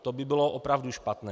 To by bylo opravdu špatné.